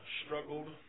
struggled